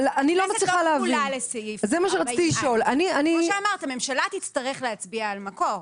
כמו שאמרת, הממשלה תצטרך להצביע על מקור.